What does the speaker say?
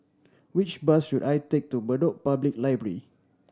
which bus should I take to Bedok Public Library